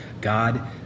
God